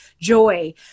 joy